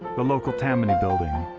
the local tammany building.